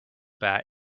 bat